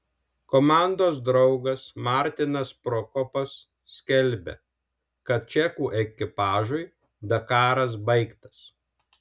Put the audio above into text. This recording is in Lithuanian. komandos draugas martinas prokopas skelbia kad čekų ekipažui dakaras baigtas